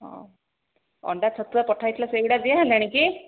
ହେଉ ଅଣ୍ଡା ଛତୁଆ ପଠାହୋଇଥିଲା ସେ ଗୁଡ଼ା ଦିଆହେଲାଣି କି